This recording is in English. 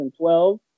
2012